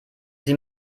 sie